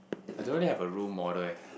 I don't really have a role model eh